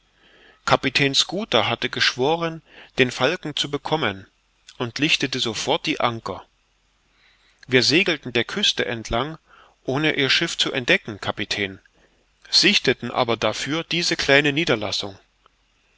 kapitän schooter hatte geschworen den falken zu bekommen und lichtete sofort die anker wir segelten der küste entlang ohne ihr schiff zu entdecken kapitän sichteten aber dafür diese kleine niederlassung